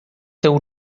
tyłu